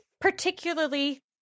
particularly